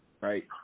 right